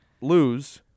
lose